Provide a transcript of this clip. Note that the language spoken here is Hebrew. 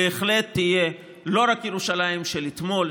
בהחלט תהיה לא רק ירושלים של אתמול,